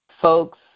folks